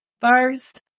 First